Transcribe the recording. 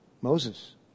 Moses